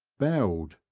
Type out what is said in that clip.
bowed,